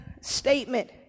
statement